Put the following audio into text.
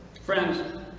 Friends